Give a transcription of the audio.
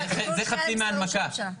זה חצי מההנמקה.